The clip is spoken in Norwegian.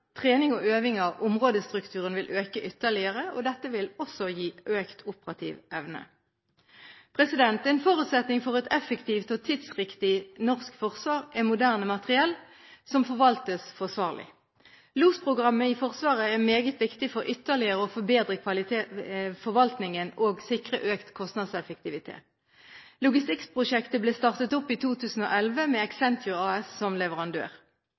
Trening og øving av områdestrukturen vil øke ytterligere. Dette vil også gi økt operativ evne. En forutsetning for et effektivt og tidsriktig norsk forsvar er moderne materiell som forvaltes forsvarlig. LOS-programmet i Forsvaret er meget viktig for ytterligere å forbedre forvaltningen og sikre økt kostnadseffektivitet. Logistikkprosjektet ble startet opp i 2011 med Accenture AS som leverandør.